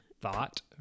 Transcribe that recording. thought